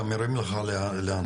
גם מרים לך להנחתה,